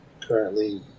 currently